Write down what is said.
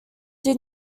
did